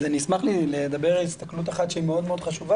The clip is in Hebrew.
אני אשמח לדבר על הסתכלות אחת שהיא מאוד חשובה